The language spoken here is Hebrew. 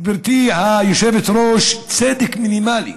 גברתי היושבת-ראש, צדק מינימלי,